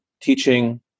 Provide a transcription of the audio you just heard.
teaching